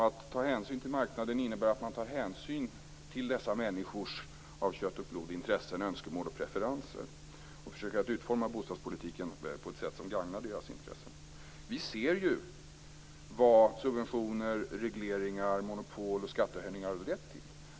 Att ta hänsyn till marknaden innebär att man tar hänsyn till dessa människors intressen, önskemål och preferenser och försöker att utforma bostadspolitiken på ett sätt som gagnar deras intressen. Vi ser ju vad subventioner, regleringar, monopol och skattehöjningar har lett till.